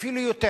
אפילו יותר.